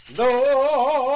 lord